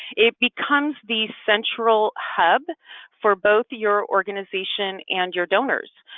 it becomes the central hub for both your organization and your donors.